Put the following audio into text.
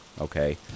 Okay